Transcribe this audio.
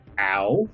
Ow